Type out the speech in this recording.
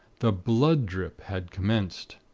the blood-drip had commenced.